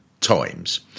Times